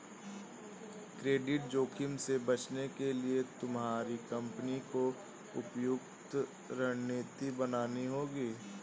credit जोखिम से बचने के लिए तुम्हारी कंपनी को उपयुक्त रणनीति बनानी होगी